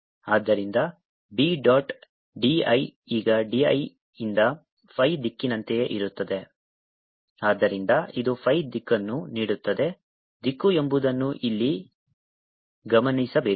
ಆದ್ದರಿಂದ B dot dl ಈಗ dl ಇಂದ phi ದಿಕ್ಕಿನಂತೆಯೇ ಇರುತ್ತದೆ ಆದ್ದರಿಂದ ಇದು phi ದಿಕ್ಕನ್ನು ನೀಡುತ್ತದೆ ದಿಕ್ಕು ಎಂಬುದನ್ನು ಇಲ್ಲಿ ಗಮನಿಸಬೇಕು